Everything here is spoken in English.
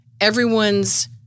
everyone's